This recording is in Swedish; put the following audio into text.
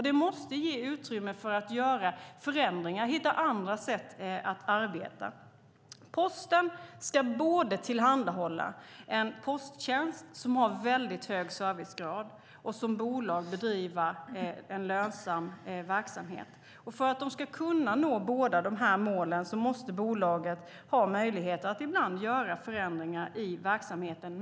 Det måste ges utrymme för att göra förändringar och hitta andra sätt att arbeta. Posten ska både tillhandahålla en posttjänst som har väldigt hög servicegrad och som bolag bedriva en lönsam verksamhet. För att Posten ska kunna nå båda dessa mål måste bolaget ha möjlighet att ibland göra förändringar i verksamheten.